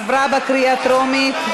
עברה בקריאה טרומית,